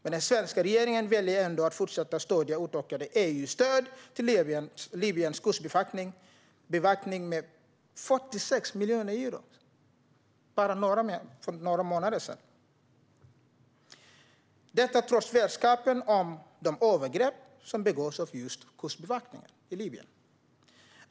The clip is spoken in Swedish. Men den svenska regeringen valde för bara några månader sedan att ändå fortsätta stödja utökade EU-stöd till Libyens kustbevakning med 46 miljoner euro med biståndspengar - detta trots vetskapen om de övergrepp som begås av just kustbevakningen i Libyen.